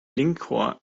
linkohr